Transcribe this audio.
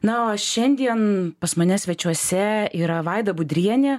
na o šiandien pas mane svečiuose yra vaida budrienė